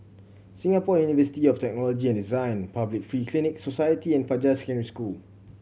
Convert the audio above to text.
Singapore University of Technology and Design Public Free Clinic Society and Fajar Secondary School